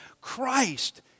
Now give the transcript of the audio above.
Christ